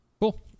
Cool